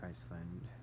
Iceland